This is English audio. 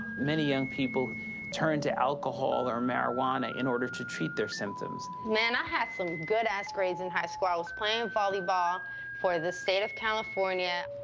many young people turn to alcohol or marijuana in order to treat their symptoms. man, i had some good-ass grades in high school. i was playing volleyball for the state of california.